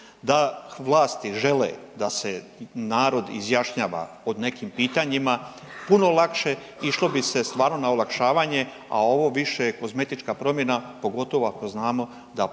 Da vlasti žele da se narod izjašnjava o nekim pitanjima puno lakše išlo bi se stvarno na olakšavanje, a ovo više kozmetička promjena pogotovo ako znamo da popis